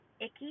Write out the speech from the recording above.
icky